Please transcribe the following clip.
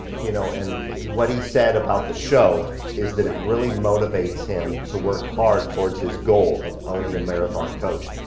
you know, and what he said about the show is that it really motivates him to work hard towards his goal of owning a marathon coach.